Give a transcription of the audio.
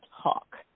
talk